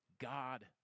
God